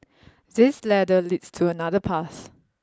this ladder leads to another path